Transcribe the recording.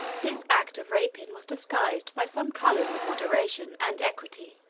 this act of rapine was disguised by some colors of moderation and equity.